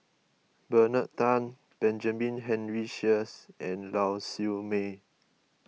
Bernard Tan Benjamin Henry Sheares and Lau Siew Mei